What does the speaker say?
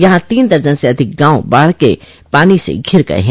यहां तीन दर्जन से अधिक गांव बाढ़ क पानी से घिर गये हैं